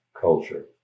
culture